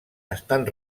estan